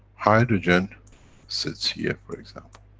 hydrogen sits here, for example.